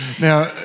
Now